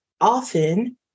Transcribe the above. often